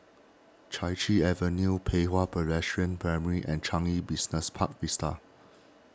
Chai Chee Avenue Pei Hwa Presbyterian Primary and Changi Business Park Vista